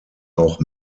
auch